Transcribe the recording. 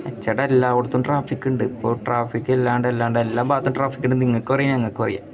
ചേട്ടാ എല്ലായിടത്തും ട്രാഫിക്കുണ്ട് അപ്പം ട്രാഫിക്കില്ലാണ്ട് എല്ലാണ്ട് എല്ലാ ഭാഗത്തും ട്രാഫിക്കുണ്ടെന്ന് നിങ്ങക്കുമറിയാം ഞങ്ങൾക്കുമറിയാം